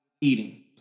eating